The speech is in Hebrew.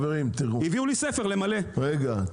הביאו לי ספר למלא --- רגע,